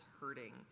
hurting